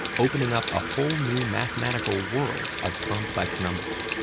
opening up a whole new mathematical world of complex numbers.